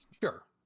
Sure